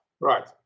Right